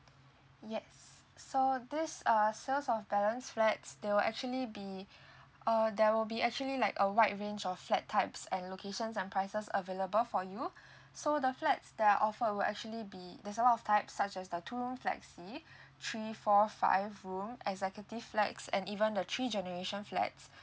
yes so this uh sales of balance flats there will actually be err there will be actually like a wide range of flat types and locations and prices available for you so the flat that are offered will actually be there's a lot of type such as a two room flexi three four five room executive flats and even the three generation flats